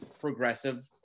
progressive